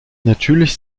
natürlich